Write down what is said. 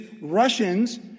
Russians